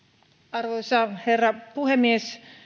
arvoisa herra puhemies